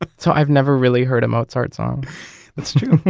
so i've never really heard a mozart song that's true.